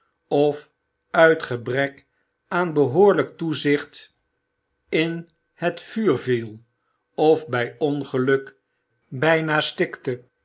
of uit gebrek aan behoorlijk toezicht in het vuur viel of bij ongeluk bijna stikte